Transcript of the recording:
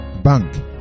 Bank